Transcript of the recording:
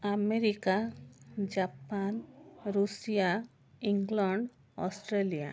America Japan Russia England Australia